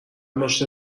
ماشین